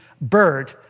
bird